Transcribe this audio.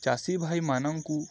ଚାଷୀ ଭାଇମାନଙ୍କୁ